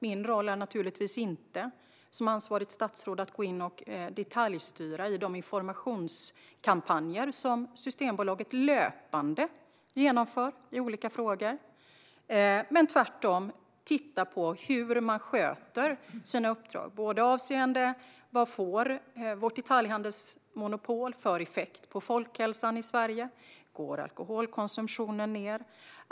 Min roll som ansvarigt statsråd är inte att gå in och detaljstyra de informationskampanjer som Systembolaget löpande genomför. Min roll är tvärtom att titta på hur man sköter sina uppdrag avseende vilken effekt vårt detaljhandelsmonopol får på folkhälsan i Sverige. Går alkoholkonsumtionen ned?